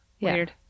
Weird